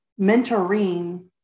mentoring